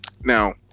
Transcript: Now